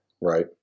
Right